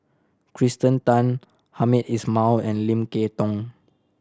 Kirsten Tan Hamed Ismail and Lim Kay Tong